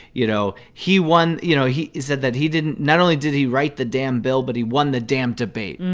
you know, he won you know, he said that he didn't not only did he write the damn bill, but he won the damn debate,